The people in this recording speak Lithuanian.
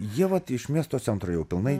jie vat iš miesto centro jau pilnai